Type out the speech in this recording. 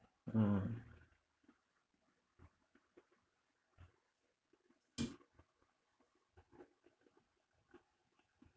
mm